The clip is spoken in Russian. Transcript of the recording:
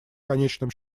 конечном